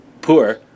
poor